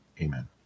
Amen